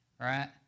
right